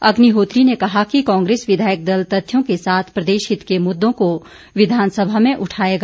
अग्निहोत्री ने कहा कि कांग्रेस विधायक दल तथ्यों के साथ प्रदेशहित के मुद्दों को विधानसभा में उठाएगा